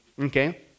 okay